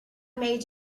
made